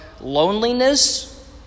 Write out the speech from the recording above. loneliness